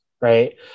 right